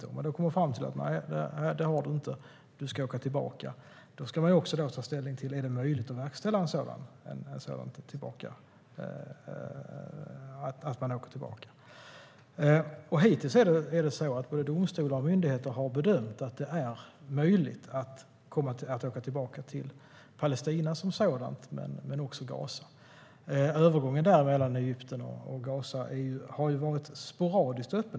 Om domstolen har kommit fram till att man inte har skyddsbehov ska den också ta ställning till om det är möjligt att verkställa det, det vill säga att man åker tillbaka. Hittills har domstolar och myndigheter bedömt att det är möjligt att åka tillbaka till Palestina som sådant och också till Gaza. Övergången mellan Egypten och Gaza har varit sporadiskt öppen.